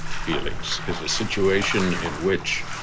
felix is a situation in which